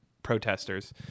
protesters